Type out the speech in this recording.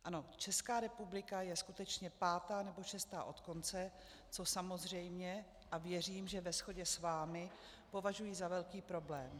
Ano, Česká republika je skutečně pátá nebo šestá od konce, což samozřejmě, a věřím, že ve shodě s vámi, považuji za velký problém.